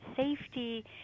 safety